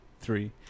three